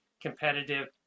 competitive